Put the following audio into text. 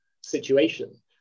situation